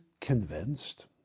convinced